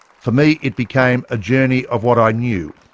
for me, it became a journey of what i knew,